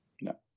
No